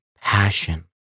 passion